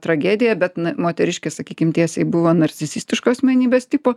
tragedija bet na moteriškė sakykim tiesiai buvo narcisistiško asmenybės tipo